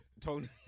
Tony